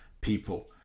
people